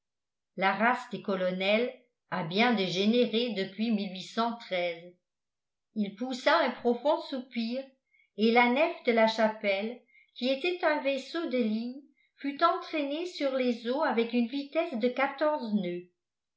la race des colonels a bien dégénéré depuis il poussa un profond soupir et la nef de la chapelle qui était un vaisseau de ligne fut entraînée sur les eaux avec une vitesse de quatorze noeuds